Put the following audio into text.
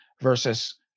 versus